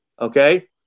Okay